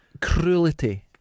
Cruelty